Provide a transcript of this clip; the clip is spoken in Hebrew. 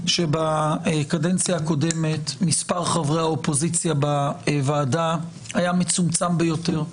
שבקדנציה הקודמת מספר חברי האופוזיציה בוועדה היה מצומצם ביותר.